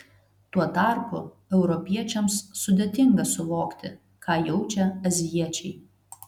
tuo tarpu europiečiams sudėtinga suvokti ką jaučia azijiečiai